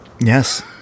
Yes